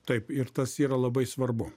taip ir tas yra labai svarbu